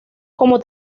como